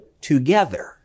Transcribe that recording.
together